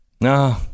No